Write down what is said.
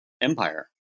empire